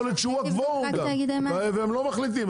יכול להיות שהוא -- והם לא מחליטים.